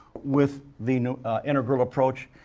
with the integral approach,